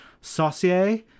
Saucier